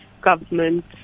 government